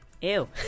Ew